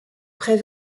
près